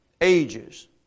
ages